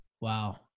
Wow